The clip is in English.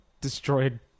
destroyed